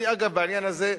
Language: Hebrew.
אגב, בעניין הזה,